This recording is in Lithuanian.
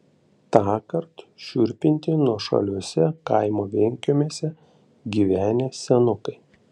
tąkart šiurpinti nuošaliuose kaimo vienkiemiuose gyvenę senukai